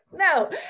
No